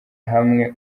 hamwe